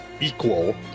equal